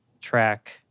track